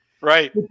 Right